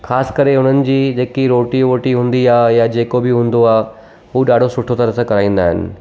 ख़ासि करे हुननि जी जेकी रोटी वोटी हूंदी आहे या जेको बि हूंदो आहे हू ॾाढो सुठो तरह सां कराईंदा आहिनि